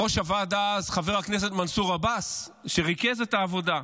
ראש הוועדה אז חבר הכנסת מנסור עבאס ריכז את העבודה,